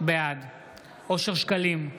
בעד אושר שקלים,